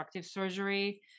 surgery